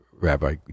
Rabbi